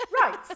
Right